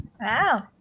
Wow